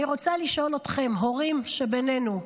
אני רוצה לשאול אתכם, הורים שבינינו: